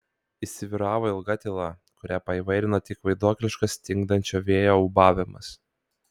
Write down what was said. įsivyravo ilga tyla kurią paįvairino tik vaiduokliškas stingdančio vėjo ūbavimas